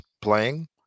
playing